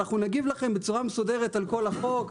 אנחנו נגיב לכם בצורה מסודרת על כל החוק,